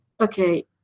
okay